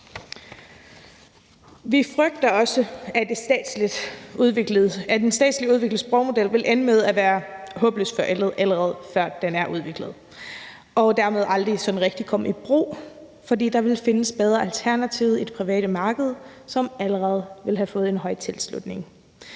Vi frygter også, at den statsligt udviklede sprogmodel vil ende med at være håbløst forældet, allerede før den er udviklet, og dermed aldrig sådan rigtig kommer i brug, fordi der vil findes bedre alternativer i det private marked, som allerede vil have fået en høj tilslutning.